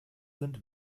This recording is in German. sind